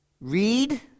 read